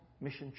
Mission